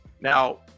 Now